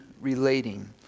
relating